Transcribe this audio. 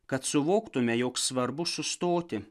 kad suvoktume jog svarbu sustoti